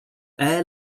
aer